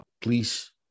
please